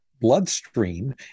bloodstream